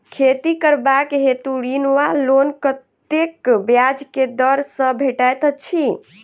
खेती करबाक हेतु ऋण वा लोन कतेक ब्याज केँ दर सँ भेटैत अछि?